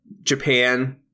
Japan